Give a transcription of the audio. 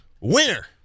Winner